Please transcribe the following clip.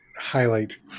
highlight